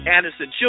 Anderson